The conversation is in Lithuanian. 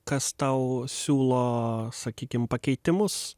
kas tau siūlo sakykim pakeitimus